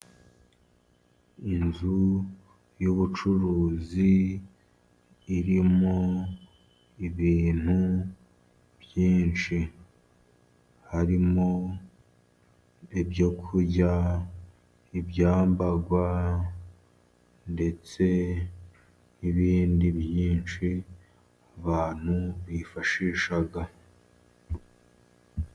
Inzu y'ubucuruzi irimo ibintu byinshi. Harimo ibyo kurya, ibyambagwa, ndetse n'ibindi byinshi abantu bifashisha.